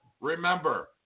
Remember